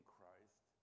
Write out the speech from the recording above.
Christ